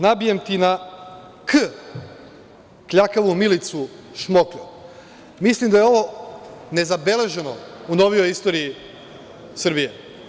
Nabijem ti na K, kljakavu Milicu, šmokljo.“ Mislim da je ovo nezabeleženo u novijoj istoriji Srbije.